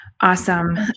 Awesome